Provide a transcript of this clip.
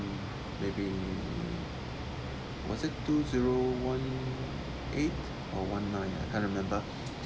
maybe was it two zero one eight or one nine ah I can't remember